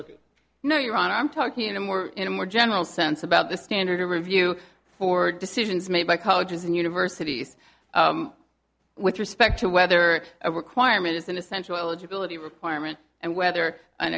you know your honor i'm talking in a more in a more general sense about the standard of review for decisions made by colleges and universities with respect to whether a requirement is an essential eligibility requirement and whether an